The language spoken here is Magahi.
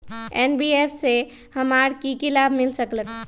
एन.बी.एफ.सी से हमार की की लाभ मिल सक?